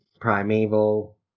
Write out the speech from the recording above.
Primeval